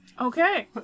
okay